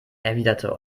erwiderte